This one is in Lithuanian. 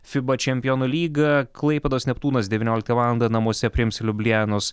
fiba čempionų lyga klaipėdos neptūnas devynioliktą valandą namuose priims liublianos